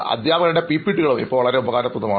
അധ്യാപകരുടെയും പിപിടികളും ഇപ്പോൾ വളരെ ഉപകാരപ്രദമാണ്